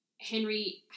Henry